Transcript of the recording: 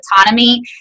autonomy